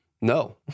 no